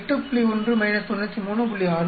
1 93